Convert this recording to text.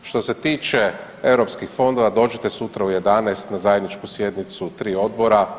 Što se tiče europskih fondova, dođite sutra u 11 na zajedničku sjednicu 3 odbora.